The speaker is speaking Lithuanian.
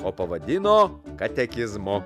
o pavadino katekizmu